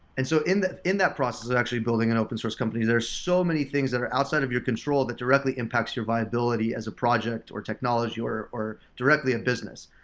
and so in that in that process of actually building and open source company, there are so many things that are outside of your control that directly impacts your viability as a project or technology, or or directly in business.